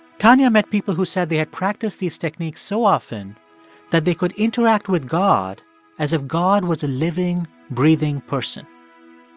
tanya met people who said they had practiced these techniques so often that they could interact with god as if god was a living, breathing person.